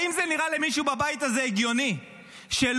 האם זה נראה למישהו בבית הזה הגיוני שלא